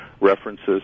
references